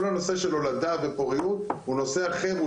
כל הנושא של הולדה ופוריות הוא נושא אחר,